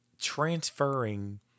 transferring